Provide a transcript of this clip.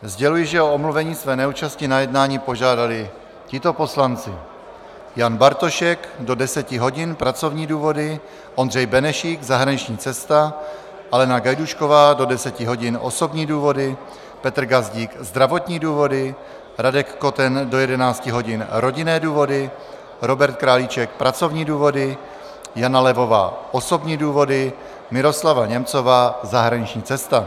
Sděluji, že o omluvení své neúčasti na jednání požádali tito poslanci: Jan Bartošek do 10 hodin pracovní důvody, Ondřej Benešík zahraniční cesta, Alena Gajdůšková do 10 hodin osobní důvody, Petr Gazdík zdravotní důvody, Radek Koten do 11 hodin rodinné důvody, Robert Králíček pracovní důvody, Jana Levová osobní důvody, Miroslava Němcová zahraniční cesta.